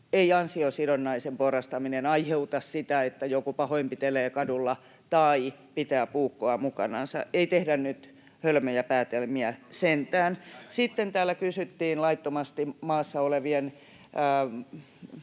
Ei ansiosidonnaisen porrastaminen aiheuta sitä, että joku pahoinpitelee kadulla tai pitää puukkoa mukanansa. Ei tehdä nyt hölmöjä päätelmiä sentään. Sitten täällä kysyttiin laittomasti maassa olevien